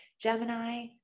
Gemini